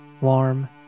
warm